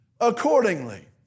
accordingly